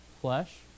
flesh